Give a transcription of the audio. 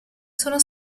sono